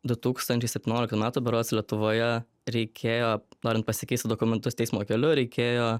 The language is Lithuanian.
du tūkstančiai septynioliktų metų berods lietuvoje reikėjo norint pasikeisti dokumentus teismo keliu reikėjo